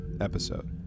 episode